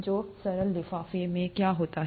तो सेल लिफ़ाफ़े में क्या होता है